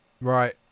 right